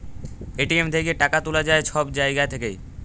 ATM থ্যাইকে টাকা তুলা যায় ছব জায়গা থ্যাইকে